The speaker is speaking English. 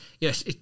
yes